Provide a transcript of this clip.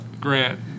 Grant